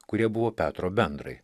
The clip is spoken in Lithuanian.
kurie buvo petro bendrai